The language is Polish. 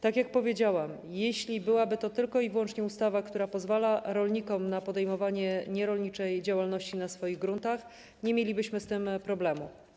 Tak jak powiedziałam, jeśli byłaby to tylko i wyłącznie ustawa, która pozwala rolnikom na podejmowanie nierolniczej działalności na swoich gruntach, nie mielibyśmy z tym problemu.